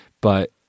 But-